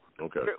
okay